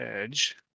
edge